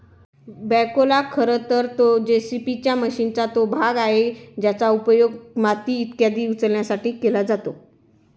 बॅखोला खरं तर जे.सी.बी मशीनचा तो भाग आहे ज्याचा उपयोग माती इत्यादी उचलण्यासाठी केला जातो